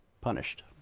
punished